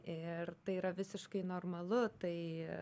ir tai yra visiškai normalu tai